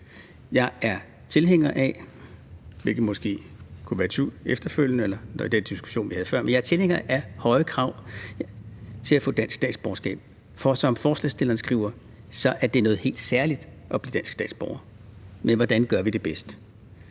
havde før – høje krav til at få dansk statsborgerskab, for som forslagsstillerne skriver, så er det noget helt særligt at blive dansk statsborger, men hvordan gør vi det bedst?